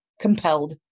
compelled